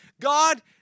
God